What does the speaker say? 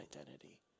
identity